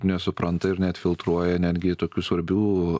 nesupranta ir neatfiltruoja netgi tokių svarbių